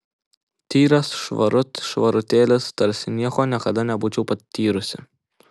tyras švarut švarutėlis tarsi nieko niekada nebūčiau patyrusi